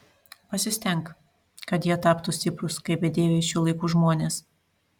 pasistenk kad jie taptų stiprūs kaip bedieviai šių laikų žmonės